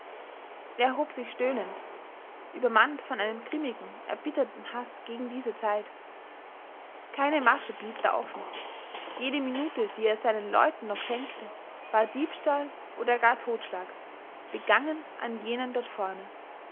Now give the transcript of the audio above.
er erhob sich stöhnend übermannt von einem grimmigen erbitterten haß gegen diese zeit keine masche blieb da offen jede minute die er seinen leuten noch schenkte war diebstahl oder gar totschlag begangen an jenen dort vorne